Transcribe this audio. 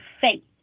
faith